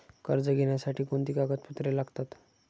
कर्ज घेण्यासाठी कोणती कागदपत्रे लागतात?